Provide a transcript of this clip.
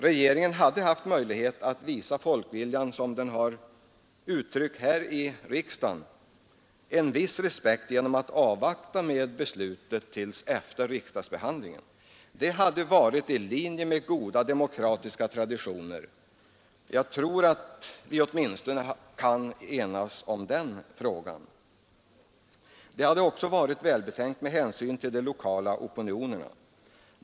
Regeringen hade haft möjlighet att visa folkviljan, sådan den uttrycks här i riksdagen, en viss respekt genom att avvakta med beslutet till efter riksdagsbehandlingen. Det hade varit i linje med goda demokratiska traditioner. Det hade också varit välbetänkt med hänsyn till de lokala opinionerna.